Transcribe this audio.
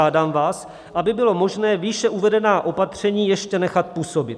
Žádám vás, aby bylo možné výše uvedená opatření ještě nechat působit.